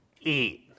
Eat